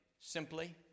Simply